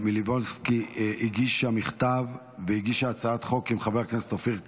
מלינובסקי הגישה מכתב והגישה הצעת חוק עם חבר הכנסת אופיר כץ,